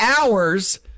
hours